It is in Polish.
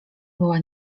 była